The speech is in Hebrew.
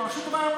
או להתחיל לצמצם.